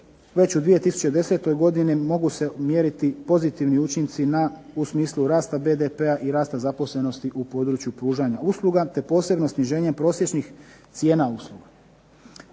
već u 2010. godini mogu se mjeriti pozitivni učinci na, u smislu rasta BDP-a i rasta zaposlenosti u području pružanja usluga, te posebno sniženjem prosječnih cijena usluga.